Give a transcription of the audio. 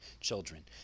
children